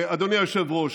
אז לא היית פה.